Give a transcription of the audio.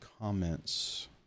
comments